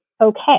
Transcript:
okay